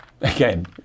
Again